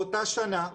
באותה שנה,